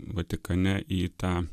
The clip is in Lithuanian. vatikane į tą